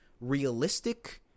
realistic